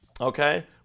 okay